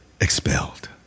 expelled